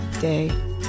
day